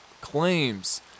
claims